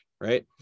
right